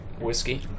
whiskey